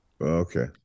Okay